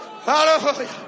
hallelujah